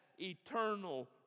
eternal